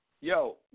yo